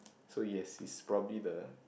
so yes he's probably the